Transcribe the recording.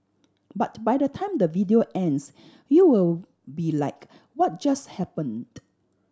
but by the time the video ends you'll be like what just happened